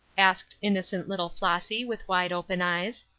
asked innocent little flossy, with wide open eyes.